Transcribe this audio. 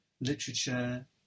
literature